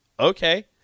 Okay